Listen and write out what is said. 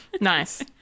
Nice